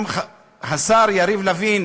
גם השר יריב לוין